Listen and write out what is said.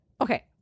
Okay